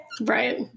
Right